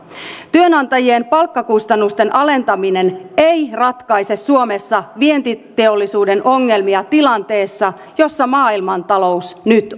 työnantajien palkkakustannusten alentaminen ei ratkaise suomessa vientiteollisuuden ongelmia tilanteessa jossa maailmantalous nyt